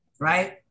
right